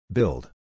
Build